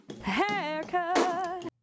haircut